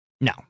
No